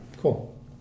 Cool